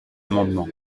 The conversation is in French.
amendement